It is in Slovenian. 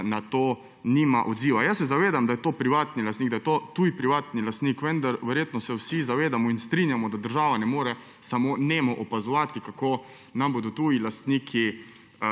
na to nima odziva. Jaz se zavedam, da je to privatni lastnik, da je to tuj privatni lastnik, vendar verjetno se vsi zavedamo in strinjamo, da država ne more samo nemo opazovati, kako nam bodo tuji lastniki